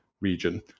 region